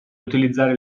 utilizzare